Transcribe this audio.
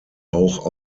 auch